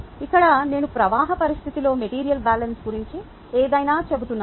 ఇక్కడ నేను ప్రవాహ పరిస్థితిలో మెటీరియల్ బ్యాలెన్స్ గురించి ఏదైనా చేయబోతున్నాను